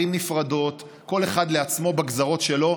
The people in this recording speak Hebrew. ערים נפרדות, כל אחד לעצמו בגזרות שלו.